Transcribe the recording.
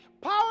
power